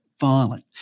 violent